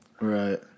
Right